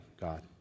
God